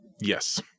Yes